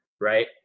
right